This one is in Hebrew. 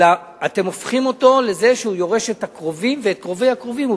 אלא אתם הופכים אותו לזה שהוא יורש את הקרובים ואת קרובי הקרובים.